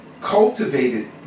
cultivated